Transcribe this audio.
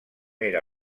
era